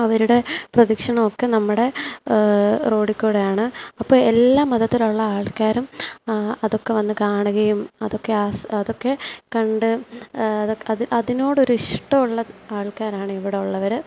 അവരുടെ പ്രദക്ഷിണമൊക്കെ നമ്മുടെ റോഡിൽ കൂടെയാണ് അപ്പം എല്ലാ മതത്തിലുള്ള ആൾക്കാരും അതൊക്കെ വന്നു കാണുകയും അതൊക്കെ ആസ്വ അതൊക്കെ കണ്ട് അത് അത് അതിനോടൊരിഷ്ടമുള്ള ആൾക്കാരാണ് ഇവിടെയുള്ളവർ